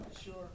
sure